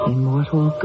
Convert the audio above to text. Immortal